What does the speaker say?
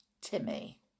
Timmy